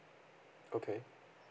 okay